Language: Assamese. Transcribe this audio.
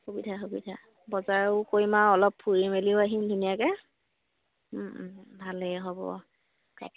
সুবিধা সুবিধা বজাৰও কৰিমও আৰু অলপ ফুৰি মেলিও আহিম ধুনীয়াকে ভালেই হ'ব অঁ